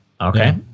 Okay